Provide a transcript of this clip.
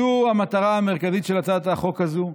זו המטרה המרכזית של הצעת החוק הזאת.